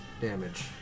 damage